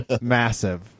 massive